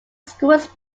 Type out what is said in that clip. schools